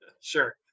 Sure